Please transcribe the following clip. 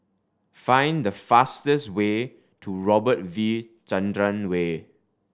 find the fastest way to Robert V Chandran Way